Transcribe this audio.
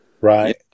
right